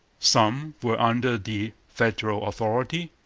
some were under the federal authority.